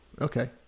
Okay